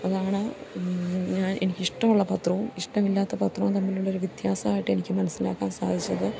അതാണ് ഞാൻ എനിക്കിഷ്ടമുള്ള പത്രവും ഇഷ്ടമില്ലാത്ത പത്രവും തമ്മിലുള്ളൊരു വ്യത്യാസമായിട്ട് എനിക്കു മനസ്സിലാക്കാൻ സാധിച്ചത്